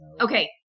Okay